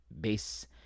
base